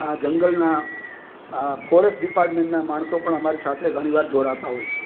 આ જંગલના આ ફોરેસ્ટ ડિપાર્ટમેન્ટના માણસો પણ અમારી સાથે ઘણી વાર જોડાતા હોય છે